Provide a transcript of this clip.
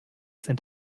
sind